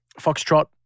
foxtrot